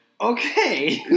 Okay